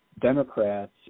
Democrats